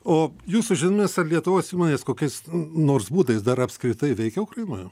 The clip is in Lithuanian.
o jūsų žiniomis ar lietuvos įmonės kokiais nors būdais dar apskritai veikia ukrainoje